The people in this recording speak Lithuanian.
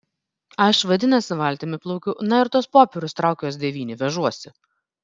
aš vadinasi valtimi plaukiu na ir tuos popierius trauk juos devyni vežuosi